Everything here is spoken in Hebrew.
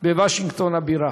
בוושינגטון הבירה,